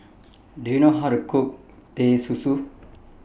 Do YOU know How to Cook Teh Susu